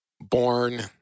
born